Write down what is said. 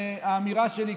האמירה שלי,